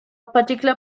particular